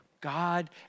God